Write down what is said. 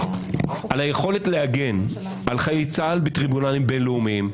על היכולת להגן על חיילי צה"ל בטריבונלים בין-לאומיים,